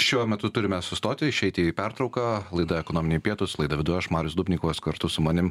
šiuo metu turime sustoti išeiti į pertrauką laida ekonominiai pietūs laidą vedu aš marius dubnikovas kartu su manim